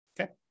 okay